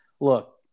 look